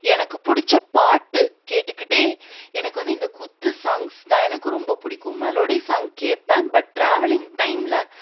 எனக்கு பிடிச்ச பாட்டு கேட்டுகிட்டே எனக்கு வந்து இந்த குத்து சாங்ஸ் தான் எனக்கு ரொம்ப பிடிக்கும் மெலோடி சாங் கேட்பேன் பட் டிராவலிங் டைமில்